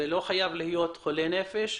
זה לא חייב להיות חולה נפש,